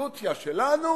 הקונסטיטוציה שלנו